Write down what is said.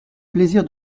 plaisir